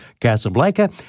Casablanca